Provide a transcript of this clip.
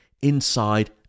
inside